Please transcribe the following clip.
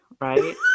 right